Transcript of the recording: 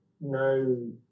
no